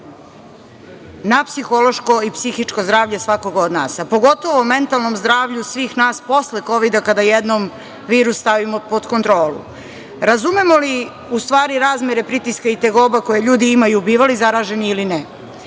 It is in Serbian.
na psihološko i psihičko zdravlje svakog od nas“, a pogotovo o mentalnom zdravlju svih nas posle Kovida, kada jednom virus stavimo pod kontrolu? Razumemo li, u stvari razmere pritiska i tegoba, koje ljudi imaju, bivali zaraženi ili ne?